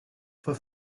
for